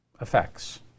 effects